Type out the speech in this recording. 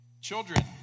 Children